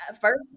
first